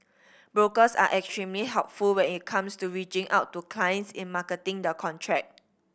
brokers are extremely helpful when it comes to reaching out to clients in marketing the contract